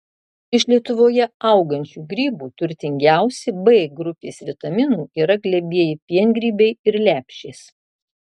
iš lietuvoje augančių grybų turtingiausi b grupės vitaminų yra glebieji piengrybiai ir lepšės